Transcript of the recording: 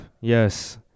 yes